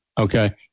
okay